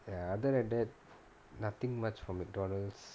ya other than that nothing much from McDonald's